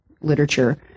literature